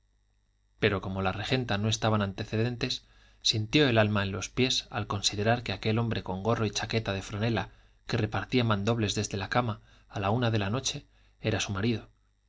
pero como la regenta no estaba en antecedentes sintió el alma en los pies al considerar que aquel hombre con gorro y chaqueta de franela que repartía mandobles desde la cama a la una de la noche era su marido